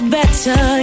Better